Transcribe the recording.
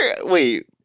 Wait